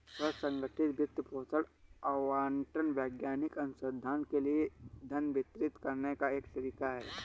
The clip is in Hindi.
स्व संगठित वित्त पोषण आवंटन वैज्ञानिक अनुसंधान के लिए धन वितरित करने का एक तरीका हैं